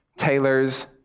Tailors